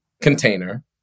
container